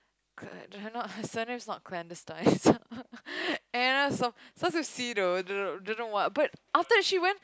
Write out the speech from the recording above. not her surname is not Clan this time but Anna some starts with C though but after that she went